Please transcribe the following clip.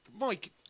Mike